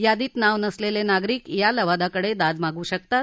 यादीत नाव नसलेले नागरिक या लवादाकडे दाद मागू शकतात